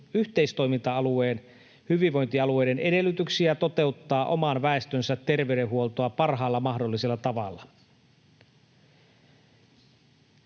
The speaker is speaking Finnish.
yhteistoiminta-alueen hyvinvointialueiden edellytyksiä toteuttaa oman väestönsä terveydenhuoltoa parhaalla mahdollisella tavalla.